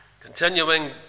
Continuing